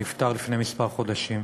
שנפטר לפני כמה חודשים.